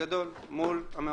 בגדול מול המעונות.